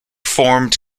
formed